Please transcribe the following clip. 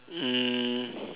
um